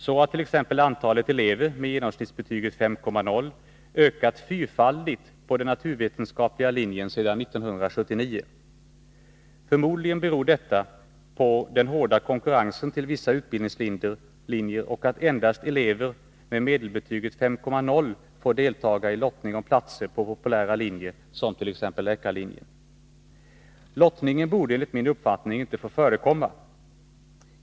Så har t.ex. antalet elever med genomsnittsbetyget 5,0 ökat fyrfaldigt på den naturvetenskapliga linjen sedan 1979. Förmodligen beror detta på den hårda konkurrensen till vissa utbildningslinjer och på att endast elever med medelbetyget 5,0 får delta i lottning om platser på populära linjer, t.ex. läkarlinjen. Lottning borde enligt min uppfattning inte få förekomma.